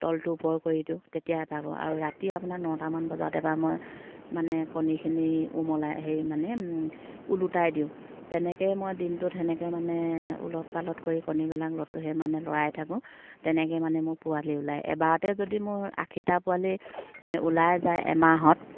তলটো ওপৰ কৰি দিওঁ তেতিয়া এভাগো আৰু ৰাতি আপোনাৰ নটামান বজত এবাৰ মই মানে কণীখিনি উমলাই হেৰি মানে ওলোটাই দিওঁ তেনেকৈয়ে মই দিনটোত সেনেকৈ মানে ওলট পালট কৰি কণীবিলাকত সেই মানে লৰাই থাকোঁ তেনেকৈ মানে মোৰ পোৱালি ওলাই এবাৰতে যদি মোৰ আশীটা পোৱালি ওলাই যায় এমাহত